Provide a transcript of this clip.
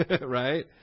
Right